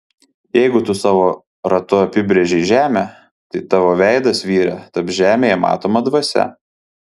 jeigu tu savo ratu apibrėžei žemę tai tavo veidas vyre taps žemėje matoma dvasia